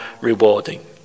rewarding